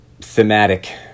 thematic